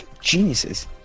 geniuses